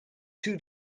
two